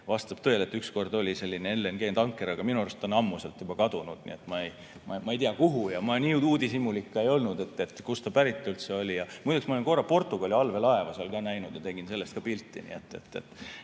vastab tõele, et ükskord oli selline LNG‑tanker, aga minu arust on see ammu sealt juba kadunud. Ma ei tea, kuhu. Ma nii uudishimulik ka ei olnud, et kust ta pärit üldse oli. Muide, ma olen korra Portugali allveelaeva seal ka näinud ja tegin sellest ka pilti. See